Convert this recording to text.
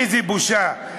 איזו בושה.